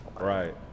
right